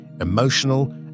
emotional